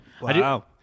Wow